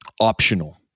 optional